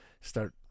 start